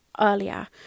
earlier